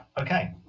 Okay